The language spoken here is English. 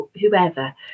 Whoever